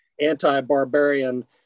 anti-barbarian